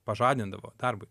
pažadindavo darbui